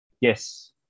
Yes